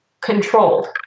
controlled